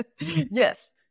yes